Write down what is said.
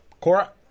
Cora